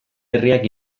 herriak